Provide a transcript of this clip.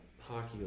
hockey